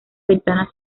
ventanas